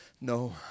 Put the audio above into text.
No